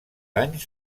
anys